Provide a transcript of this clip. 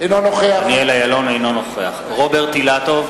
אינו נוכח רוברט אילטוב,